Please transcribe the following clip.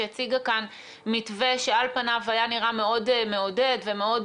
שהציגה כאן מתווה שעל פניו היה נראה מאוד מעודד ומאוד